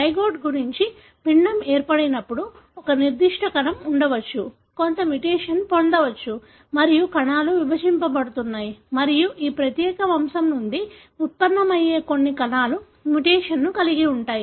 zygote గుణించి పిండం ఏర్పడినప్పుడు ఒక నిర్దిష్ట కణం ఉండవచ్చు కొంత మ్యుటేషన్ పొందవచ్చు మరియు కణాలు విభజించబడుతున్నాయి మరియు ఈ ప్రత్యేక వంశం నుండి ఉత్పన్నమయ్యే అన్ని కణాలు మ్యుటేషన్ను కలిగి ఉంటాయి